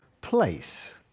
place